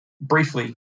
Briefly